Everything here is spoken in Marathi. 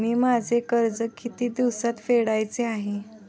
मी माझे कर्ज किती दिवसांत फेडायचे आहे?